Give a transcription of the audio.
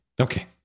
Okay